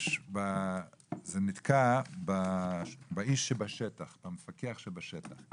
ונתקענו בנושא המפקח בשטח.